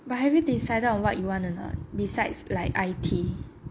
but have you decided on what you want a not besides like I_T